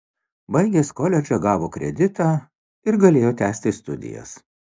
baigęs koledžą gavo kreditą ir galėjo tęsti studijas